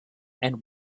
and